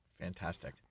Fantastic